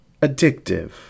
addictive